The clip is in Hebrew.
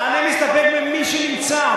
אני מסתפק במי שנמצא.